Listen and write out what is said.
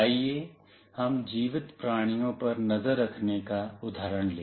आइए हम जीवित प्राणियों पर नज़र रखने का उदाहरण लें